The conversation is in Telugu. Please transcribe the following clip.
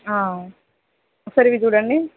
ఒకసారి ఇవి చూడండి